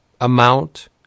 amount